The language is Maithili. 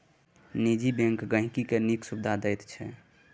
निजी बैंक गांहिकी केँ नीक सुबिधा दैत छै